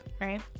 right